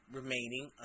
remaining